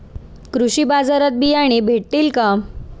कृषी बाजारात बियाणे भेटतील का?